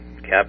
Cap